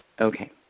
Okay